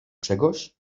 czegoś